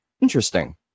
Interesting